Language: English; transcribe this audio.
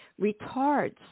retards